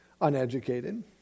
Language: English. uneducated